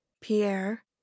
pierre